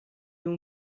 اون